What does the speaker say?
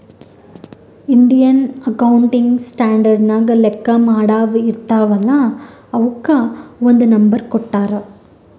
Indian accounting standard ನಾಗ್ ಲೆಕ್ಕಾ ಮಾಡಾವ್ ಇರ್ತಾವ ಅಲ್ಲಾ ಅವುಕ್ ಒಂದ್ ನಂಬರ್ ಕೊಟ್ಟಾರ್